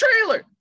trailer